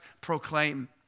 proclaim